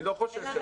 רם,